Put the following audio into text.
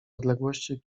odległości